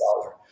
dollar